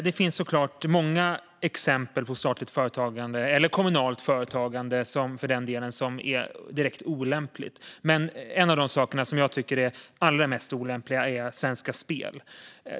Det finns såklart många exempel på statligt företagande eller kommunalt företagande, för den delen, som är direkt olämpligt. Men en av de saker som jag tycker är allra mest olämpliga är Svenska Spel.